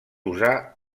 usar